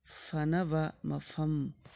ꯐꯅꯕ ꯃꯐꯝ